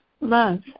love